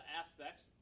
aspects